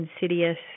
insidious